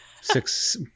six